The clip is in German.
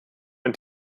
ein